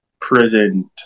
present